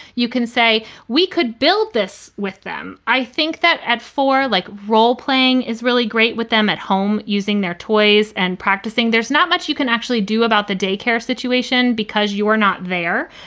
you can say we could build this with them. i think that at four, like, role playing is really great with them at home using their toys and practicing. there's not much you can actually do about the daycare situation because you are not there.